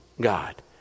God